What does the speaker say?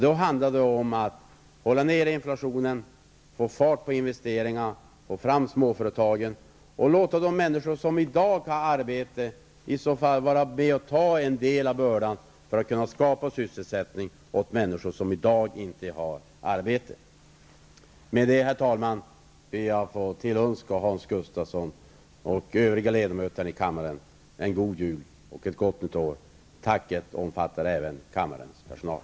Det handlar om att hålla nere inflationen, få fart på investeringarna, hjälpa fram småföretagen och låta de människor som i dag har arbete vara med och bära en del av bördan för att skapa sysselsättning åt andra människor. Med detta, herr talman, ber jag att få tillönska Hans Gustafsson och övriga ledamöter i kammaren en god jul och ett gott nytt år. Denna önskan omfattar även kammarens personal.